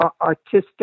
artistic